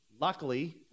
Luckily